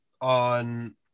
on